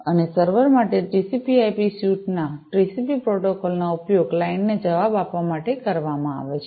અને સર્વર માટે TCPIP સ્યુટના TCP પ્રોટોકોલનો ઉપયોગ ક્લાયન્ટને જવાબ આપવા માટે કરવામાં આવે છે